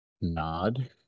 Nod